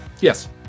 yes